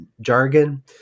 jargon